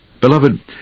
Beloved